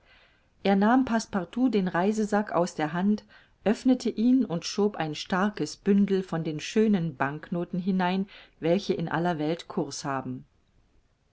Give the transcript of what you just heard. er nahm passepartout den reisesack aus der hand öffnete ihn und schob ein starkes bündel von den schönen banknoten hinein welche in aller welt cours haben